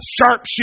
sharpshooter